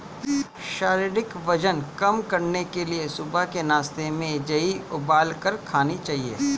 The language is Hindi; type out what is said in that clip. शारीरिक वजन कम करने के लिए सुबह के नाश्ते में जेई उबालकर खाने चाहिए